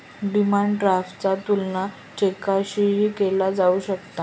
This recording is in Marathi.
डिमांड ड्राफ्टचा तुलना चेकशीही केला जाऊ शकता